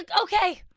like okay,